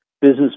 business